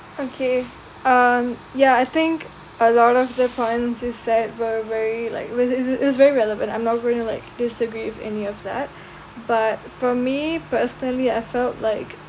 okay um yeah I think a lot of the points you said were very like it was very relevant I'm not going to like disagree with any of that but for me personally I felt like